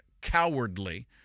cowardly